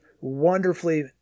wonderfully